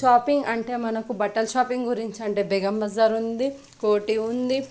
shopping అంటే మనకు బట్టల షాపింగ్ గురించి అంటే బేగం బజార్ ఉంది కోటి ఉంది